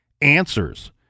answers